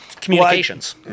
communications